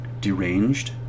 deranged